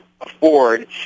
afford